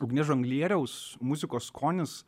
ugnies žonglieriaus muzikos skonis